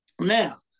Now